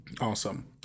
Awesome